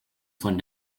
von